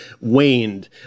waned